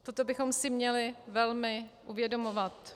Toto bychom si měli velmi uvědomovat.